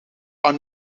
are